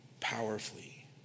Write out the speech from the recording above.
powerfully